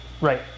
Right